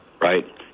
right